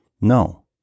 no